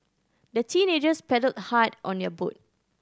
the teenagers paddled hard on their boat